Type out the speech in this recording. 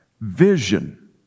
Vision